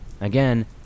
Again